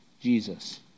Jesus